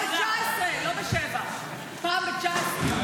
פעם ב-19, לא בשבע, פעם ב-19.